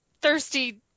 thirsty